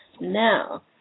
now